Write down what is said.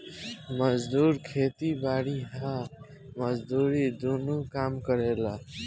मजदूर खेती बारी आ मजदूरी दुनो काम करेले